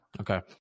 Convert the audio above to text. Okay